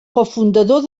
cofundador